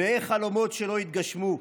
מלאי חלומות שלא יתגשמו.